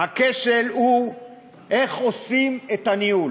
הכשל הוא איך עושים את הניהול.